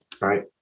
Right